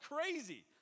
crazy